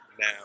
now